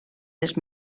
les